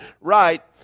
right